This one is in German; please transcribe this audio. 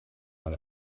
mal